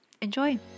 enjoy